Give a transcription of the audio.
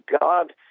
God